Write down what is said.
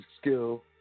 skill